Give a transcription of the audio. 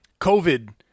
COVID